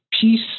peace